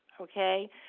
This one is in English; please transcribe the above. okay